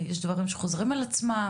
יש דברים שחוזרים על עצמם?